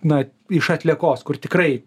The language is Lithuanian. na iš atliekos kur tikrai